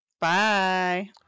Bye